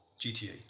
GTA